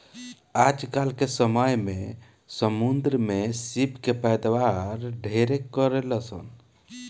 आजकल के समय में समुंद्र में सीप के पैदावार ढेरे करेलसन